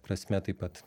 prasme taip pat